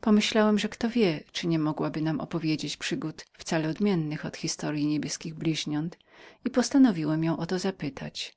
pomyślałem że kto wie czyli nie mogłaby nam opowiedzieć przygód cale odmiennych od historyi niebieskich bliźniąt i postanowiłem kiedykolwiek ją zapytać